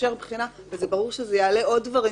שתתאפשר בחינה, וברור שזה יעלה עוד דברים